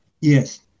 Yes